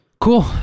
Cool